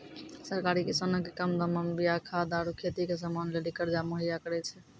सरकार किसानो के कम दामो मे बीया खाद आरु खेती के समानो लेली कर्जा मुहैय्या करै छै